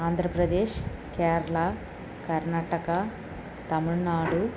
Andhra Pradesh Kerala Karnataka Tamil Nadu